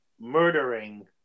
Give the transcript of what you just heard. murdering